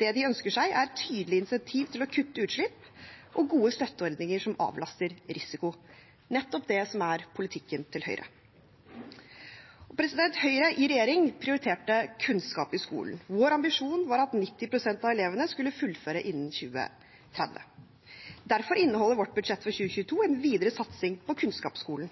det de ønsker seg, er tydelige insentiv til å kutte utslipp og gode støtteordninger som avlaster risiko – nettopp det som er politikken til Høyre. Høyre i regjering prioriterte kunnskap i skolen. Vår ambisjon var at 90 pst. av elevene skulle fullføre innen 2030. Derfor inneholder vårt budsjett for 2022 en videre satsing på kunnskapsskolen.